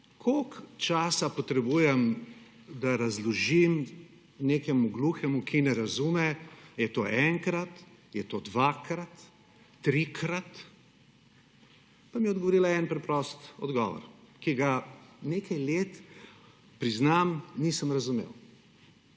koliko časa potrebujem, da razložim nekemu gluhemu, ki ne razume, je to enkrat, je to dvakrat, trikrat?« Pa mi je odgovorila en preprost odgovor, ki ga nekaj let, priznam, nisem razumel.